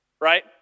right